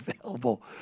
available